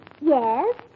Yes